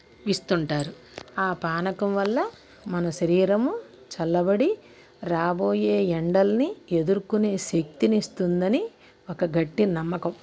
ఇస్తుంటారు ఆ పానకం వల్ల మన శరీరము చల్లబడి రాబోయే ఎండలని ఎదుర్కొనే శక్తిని ఇస్తుందని ఒక గట్టి నమ్మకం